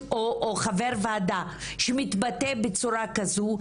או חבר וועדה שמתבטא בצורה כזו,